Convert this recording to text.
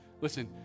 listen